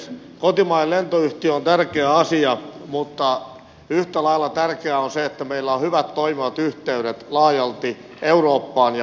kotimainen lentoyhtiö on tärkeä asia mutta yhtä lailla tärkeää on se että meillä on hyvät toimivat yhteydet laajalti eurooppaan ja maailmalle